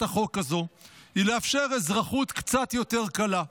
החוק הזו היא לאפשר אזרחות קצת יותר קלה,